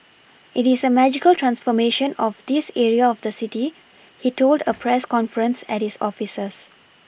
it is a magical transformation of this area of the city he told a press conference at his offices